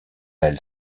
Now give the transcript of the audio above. elle